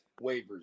waivers